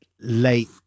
late